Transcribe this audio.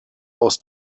aus